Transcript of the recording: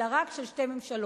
אלא רק שתי ממשלות,